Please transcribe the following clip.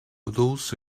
waddles